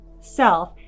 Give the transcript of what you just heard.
self